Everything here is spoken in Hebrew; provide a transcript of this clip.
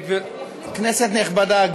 כנסת נכבדה,